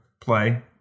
play